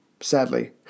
sadly